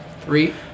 Three